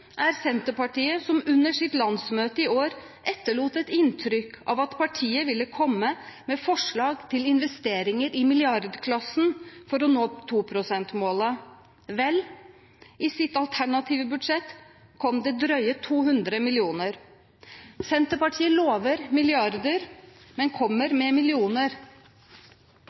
er Senterpartiet, som under sitt landsmøte i år etterlot et inntrykk av at partiet ville komme med forslag til investeringer i milliardklassen for å nå 2 pst.-målet. Vel, i deres alternative budsjett kom det drøye 200 mill. kr. Senterpartiet lover milliarder, men kommer